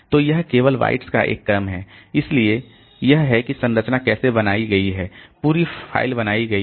तो यह केवल बाइट्स का एक क्रम है इसलिए यह है कि यह संरचना कैसे बनाई गई है पूरी फ़ाइल बनाई गई है